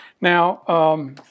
Now